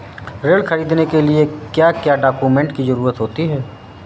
ऋण ख़रीदने के लिए क्या क्या डॉक्यूमेंट की ज़रुरत होती है?